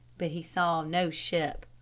but he saw no ship.